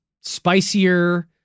spicier